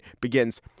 begins